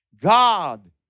God